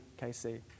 KC